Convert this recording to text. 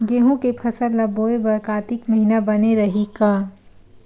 गेहूं के फसल ल बोय बर कातिक महिना बने रहि का?